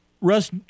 Russ